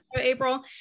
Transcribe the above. April